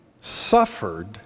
suffered